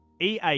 EA